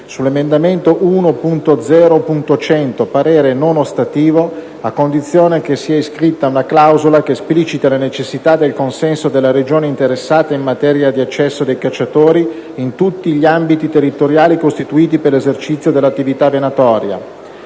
sull'emendamento 1.0.100, parere non ostativo, a condizione che sia inserita una clausola che espliciti la necessità del consenso della Regione interessata in materia di accesso dei cacciatori in tutti gli ambiti territoriali costituiti per l'esercizio dell'attività venatoria;